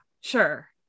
sure